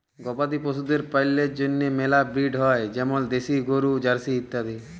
গবাদি পশুদের পল্যের জন্হে মেলা ব্রিড হ্য় যেমল দেশি গরু, জার্সি ইত্যাদি